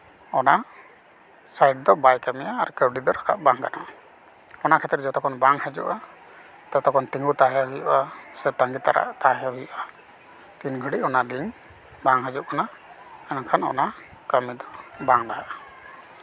ᱚᱱᱟ ᱥᱟᱭᱤᱴ ᱫᱚ ᱵᱟᱭ ᱠᱟᱹᱢᱤᱭᱟ ᱟᱨᱠᱤ ᱠᱟᱹᱣᱰᱤ ᱫᱚ ᱨᱟᱠᱟᱵ ᱵᱟᱝ ᱜᱟᱱᱚᱜᱼᱟ ᱚᱱᱟ ᱠᱷᱟᱹᱛᱤᱨ ᱡᱚᱛᱠᱷᱚᱱ ᱵᱟᱝ ᱦᱤᱡᱩᱜᱼᱟ ᱛᱚᱛᱚᱠᱷᱚᱱ ᱛᱤᱸᱜᱩ ᱛᱟᱦᱮᱸ ᱦᱩᱭᱩᱜᱼᱟ ᱥᱮ ᱛᱟᱸᱜᱤ ᱛᱟᱲᱟᱜ ᱛᱟᱦᱮᱸ ᱦᱩᱭᱩᱜᱼᱟ ᱛᱤᱱ ᱜᱷᱟᱹᱲᱤᱡ ᱚᱱᱟ ᱞᱤᱝᱠ ᱵᱟᱝ ᱦᱤᱡᱩᱜ ᱠᱟᱱᱟ ᱢᱮᱱᱠᱷᱟᱱ ᱚᱱᱟ ᱠᱟᱹᱢᱤ ᱫᱚ ᱵᱟᱝ ᱞᱟᱦᱟᱜᱼᱟ